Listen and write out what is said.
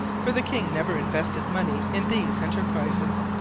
for the king never invested money in these enterprises.